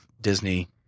Disney